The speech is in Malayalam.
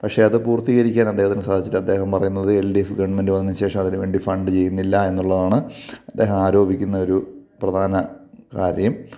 പക്ഷേ അത് പൂർത്തീകരിക്കാൻ അദ്ദേഹത്തിന് സാധിച്ചില്ല അദ്ദേഹം പറയുന്നത് എൽ ഡി എഫ് ഗവൺമെൻറ് വന്നതിന് ശേഷം അതിനുവേണ്ടി ഫണ്ട് ചെയ്യുന്നില്ല എന്നുള്ളതാണ് അദ്ദേഹം ആരോപിക്കുന്ന ഒരു പ്രധാന കാര്യം